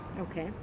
okay